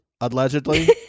allegedly